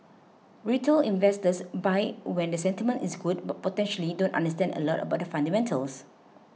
retail investors buy when the sentiment is good but potentially don't understand a lot about the fundamentals